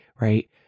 right